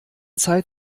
zeit